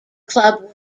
club